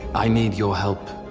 i need your help.